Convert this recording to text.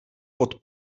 pod